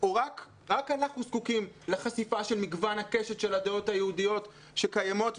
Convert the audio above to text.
או רק אנחנו זקוקים לחשיפה של מגוון הקשת של הדעות היהודיות שקיימות?